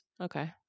Okay